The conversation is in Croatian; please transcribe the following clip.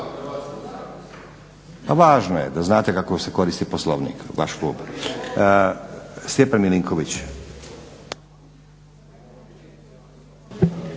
A važno je da znate kako se koristi poslovnik, vaš klub. Stjepan Milinković.